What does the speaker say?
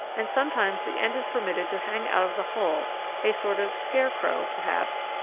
and sometimes the end is permitted to hang out of the hole a sort of scare-crow, perhaps,